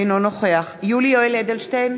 אינו נוכח יולי יואל אדלשטיין,